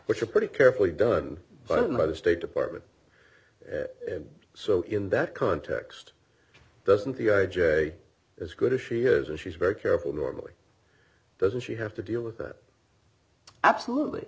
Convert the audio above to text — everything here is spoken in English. which are pretty carefully done but by the state department so in that context doesn't the i j a as good as she is and she's very careful normally doesn't she have to deal with it absolutely